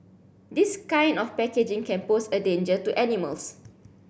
this kind of packaging can pose a danger to animals